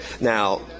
Now